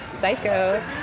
psycho